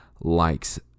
likes